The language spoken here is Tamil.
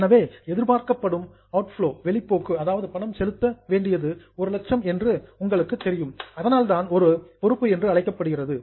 எனவே எதிர்பார்க்கப்படும் பணம் அவுட்ஃப்லோ வெளிப்போக்கு அதாவது பணம் செலுத்த வேண்டியது ஒரு லட்சம் என்று உங்களுக்கு தெரியும் அதனால்தான் இது ஒரு லியாபிலிடி பொறுப்பு என்று அழைக்கப்படுகிறது